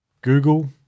Google